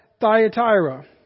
Thyatira